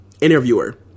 Interviewer